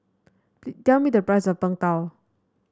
tell me the price of Png Tao